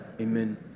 Amen